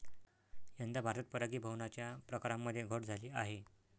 यंदा भारतात परागीभवनाच्या प्रकारांमध्ये घट झाली आहे